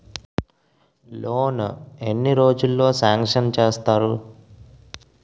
Loan ఎన్ని రోజుల్లో sanction చేస్తారు?